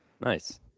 Nice